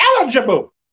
eligible